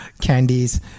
Candies